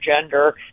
gender